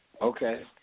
Okay